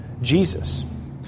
Jesus